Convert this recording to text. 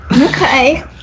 Okay